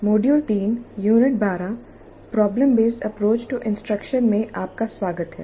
module 3 unit 12 problem based approach approach to instruction में आपका स्वागत है